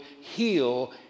heal